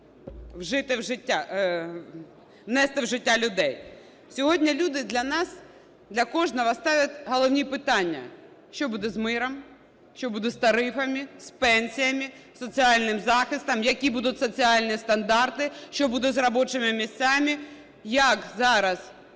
внести в життя людей. Сьогодні люди для нас для кожного ставлять головні питання: що буде з миром, що буде з тарифами, з пенсіями, соціальним захистом, які будуть соціальні стандарти, що буде з робочими місцями, як зараз